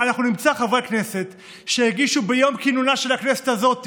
אנחנו נמצא חברי כנסת שהגישו ביום כינונה של הכנסת הזאת